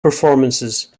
performances